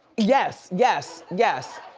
yes, yes, yes,